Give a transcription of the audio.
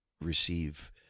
receive